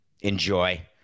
Enjoy